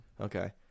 Okay